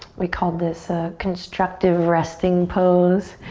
we call this a constructive resting pose